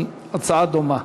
היא הצעה דומה.